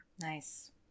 Nice